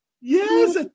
Yes